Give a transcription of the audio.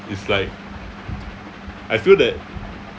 is like I feel that